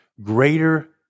greater